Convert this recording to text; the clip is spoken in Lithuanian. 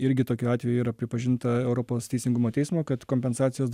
irgi tokiu atveju yra pripažinta europos teisingumo teismo kad kompensacijos